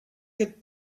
could